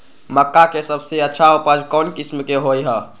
मक्का के सबसे अच्छा उपज कौन किस्म के होअ ह?